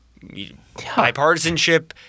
bipartisanship